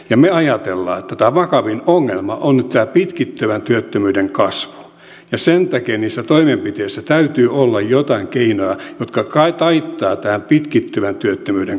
me ajattelemme että vakavin ongelma on nyt tämä pitkittyvän työttömyyden kasvu ja sen takia niissä toimenpiteissä täytyy olla joitain keinoja jotka taittavat tämän pitkittyvän työttömyyden kasvun